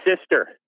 sister